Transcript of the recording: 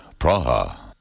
Praha